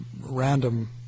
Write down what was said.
Random